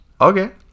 Okay